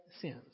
sins